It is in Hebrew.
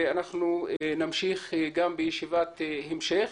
ואנחנו נמשיך גם בישיבת המשך.